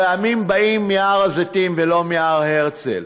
הרעמים באים מהר הזיתים ולא מהר הרצל.